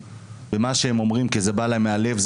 מזלזלים במה שהם אומרים כי זה בא להם מהלב.